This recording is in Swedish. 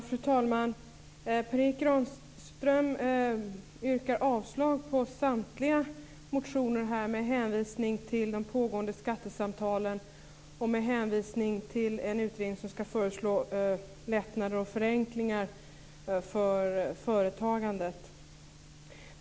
Fru talman! Per Erik Granström yrkar avslag på samtliga motioner här med hänvisning till de pågående skattesamtalen och med hänvisning till en utredning som skall föreslå lättnader och förenklingar för företagandet.